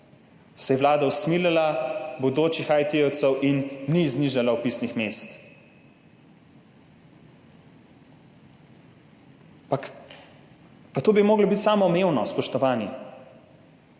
se je vlada usmilila bodočih IT-jevcev in ni znižala vpisnih mest. Pa to bi moralo biti samoumevno, spoštovani.